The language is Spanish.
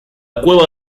cueva